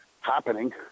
happening